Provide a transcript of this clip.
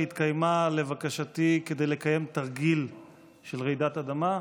שהתקיימה לבקשתי כדי לקיים תרגיל של רעידת אדמה.